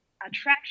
attraction